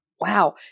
wow